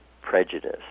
prejudice